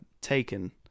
taken